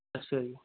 ਅੱਛਾ ਜੀ